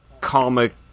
Comic